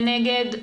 אין נגד.